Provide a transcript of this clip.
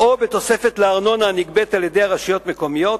או תוספת לארנונה הנגבית על-ידי הרשויות המקומיות,